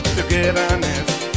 Togetherness